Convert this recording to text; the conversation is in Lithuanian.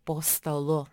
po stalu